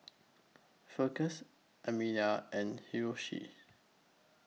Festus Amelia and Hiroshi